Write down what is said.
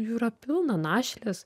jų yra pilna našlės